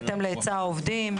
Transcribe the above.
בהתאם להיצע העובדים.